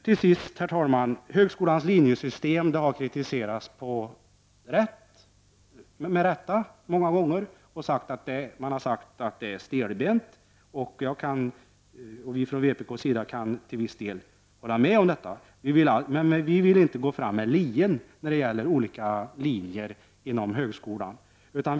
Till sist, herr talman: Högskolans linjesystem har kritiserats, med rätta, många gånger. Man har sagt att det är stelbent, och vi från vpk kan till viss del hålla med om detta. Men vi vill inte gå fram med lien när det gäller de olika linjerna inom högskolan.